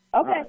Okay